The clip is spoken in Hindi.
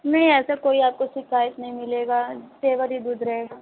नहीं ऐसा कोई आपको शिकायत नहीं मिलेगा पेवर ही दूध रहेगा